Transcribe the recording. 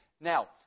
Now